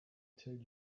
tell